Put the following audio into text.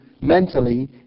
mentally